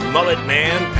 Mulletman